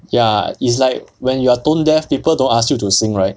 ya is like when you are tone deaf people don't ask you to sing right